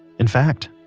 in fact,